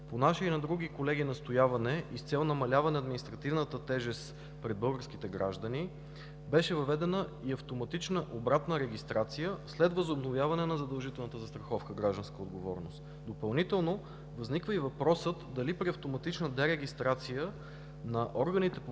По наше и на други колеги настояване, с цел намаляване на административната тежест пред българските граждани, беше въведена и автоматична обратна регистрация след възобновяване на задължителната застраховка „Гражданска отговорност”. Допълнително възниква и въпросът: дали при автоматична дерегистрация на органите по